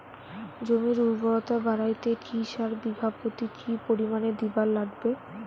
জমির উর্বরতা বাড়াইতে কি সার বিঘা প্রতি কি পরিমাণে দিবার লাগবে?